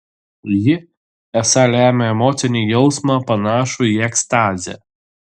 ji esą lemia emocinį jausmą panašų į ekstazę